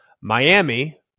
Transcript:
Miami